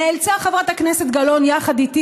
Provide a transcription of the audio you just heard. נאלצה חברת הכנסת גלאון יחד איתי,